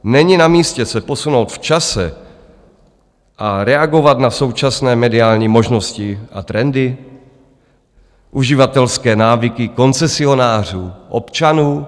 Není namístě se posunout v čase a reagovat na současné mediální možnosti a trendy, uživatelské návyky koncesionářů, občanů?